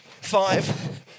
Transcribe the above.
five